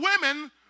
women